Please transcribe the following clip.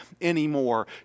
anymore